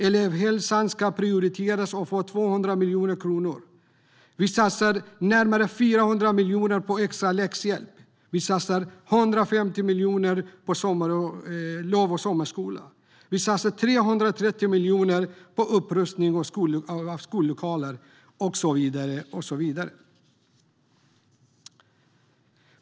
Elevhälsan ska prioriteras och får 200 miljoner kronor. Vi satsar närmare 400 miljoner kronor på extra läxhjälp. Vi satsar 150 miljoner kronor på lov och sommarskola. Vi satsar 330 miljoner kronor på upprustning av skollokaler och så vidare.